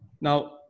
Now